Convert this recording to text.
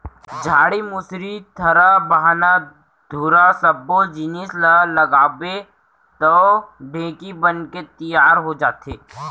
डांड़ी, मुसरी, थरा, बाहना, धुरा सब्बो जिनिस ल लगाबे तौ ढेंकी बनके तियार हो जाथे